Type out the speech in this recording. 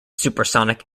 supersonic